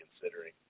considering